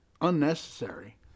unnecessary